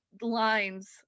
lines